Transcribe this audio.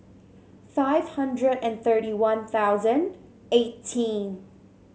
five hundred and thirty One Thousand eighteen